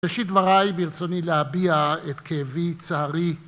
בראשית דבריי, ברצוני להביע את כאבי צערי.